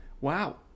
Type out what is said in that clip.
Wow